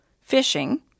fishing